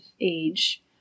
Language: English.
age